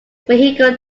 vehicle